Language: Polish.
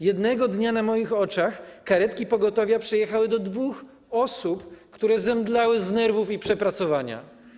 Jednego dnia na moich oczach karetki pogotowia przyjechały do dwóch osób, które zemdlały z nerwów i przepracowania.